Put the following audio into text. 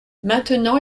maintenant